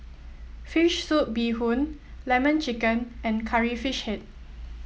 Fish Soup Bee Hoon Lemon Chicken and Curry Fish Head